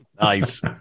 Nice